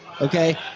Okay